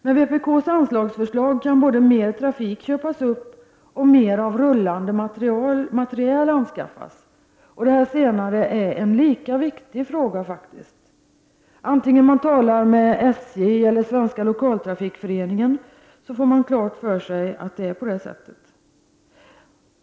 Med vpk:s anslagsförslag kan både mer trafik köpas upp och mer av rullande materiel anskaffas. Det senare är också en viktig fråga. Det får man klart för sig om man talar med representanter för SJ och Svenska lokaltrafikföreningen.